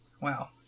wow